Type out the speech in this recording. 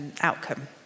outcome